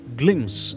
glimpse